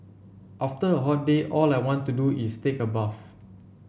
after a hot day all I want to do is take a bath